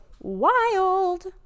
Wild